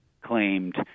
claimed